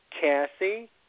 Cassie